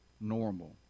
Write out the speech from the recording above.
normal